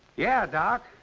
yeah, doc.